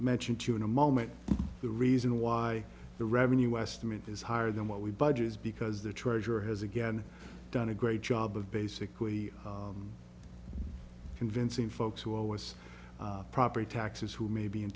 mention to you in a moment the reason why the revenue estimate is higher than what we budget is because the treasurer has again done a great job of basically convincing folks who always property taxes who may be in